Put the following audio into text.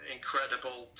Incredible